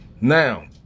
Now